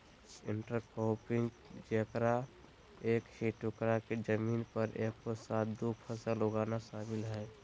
intercropping जेकरा एक ही टुकडा के जमीन पर एगो साथ दु फसल उगाना शामिल हइ